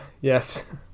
Yes